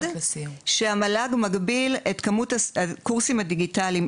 בעתירה שהמל"ג מגביל את כמות הקורסים הדיגיטליים.